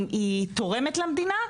היא תורמת למדינה,